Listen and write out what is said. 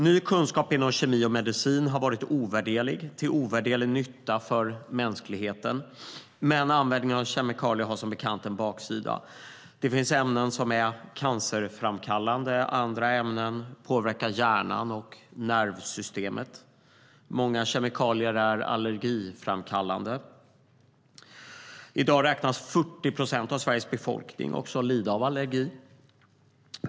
Ny kunskap inom kemi och medicin har varit till ovärderlig nytta för mänskligheten. Men användningen av kemikalier har som bekant en baksida. Det finns ämnen som är cancerframkallande. Andra ämnen påverkar hjärnan och nervsystemet. Många kemikalier är allergiframkallande. I dag beräknas 40 procent av Sveriges befolkning lida av allergi.